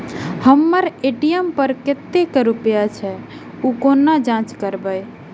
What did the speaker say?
हम्मर ए.टी.एम पर कतेक रुपया अछि, ओ कोना जाँच करबै?